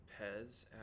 Pez